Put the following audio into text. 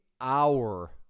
hour